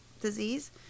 disease